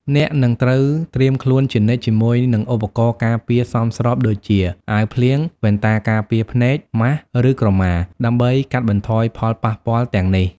អ្នកនឹងត្រូវត្រៀមខ្លួនជានិច្ចជាមួយនឹងឧបករណ៍ការពារសមស្របដូចជា អាវភ្លៀង វ៉ែនតាការពារភ្នែក ម៉ាស់ ឬក្រម៉ា ដើម្បីកាត់បន្ថយផលប៉ះពាល់ទាំងនេះ។